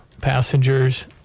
passengers